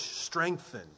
strengthen